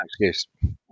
excuse